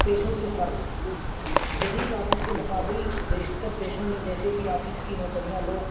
پیشوں سے فرق جدید آفس کے مقابل بیشتر پیشوں میں جیسے کہ آفس کی نوکریاں لوگ